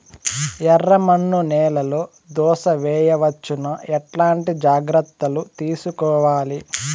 ఎర్రమన్ను నేలలో దోస వేయవచ్చునా? ఎట్లాంటి జాగ్రత్త లు తీసుకోవాలి?